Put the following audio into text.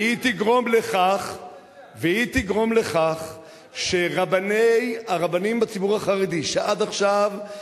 והיא תגרום לכך שהרבנים בציבור החרדי, שעד עכשיו,